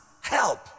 help